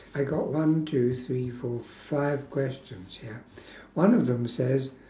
I got one two three four five questions here one of them says